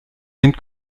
den